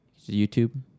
YouTube